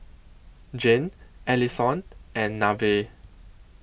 Zhane Allisson and Nevaeh